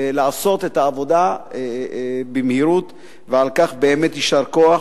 לעשות את העבודה במהירות, ועל כך באמת יישר כוח.